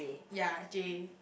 ya J